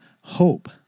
hope